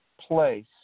place